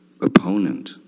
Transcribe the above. opponent